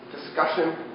discussion